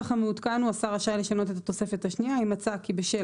אז הנוסח המעודכן הוא: "השר רשאי לשנות התוספת השנייה אם מצא כי בשל